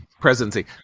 presidency